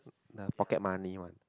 the pocket money one